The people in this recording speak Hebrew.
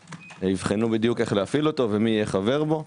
יבחנו איך להפעיל אותו ומי יהיה חבר בו,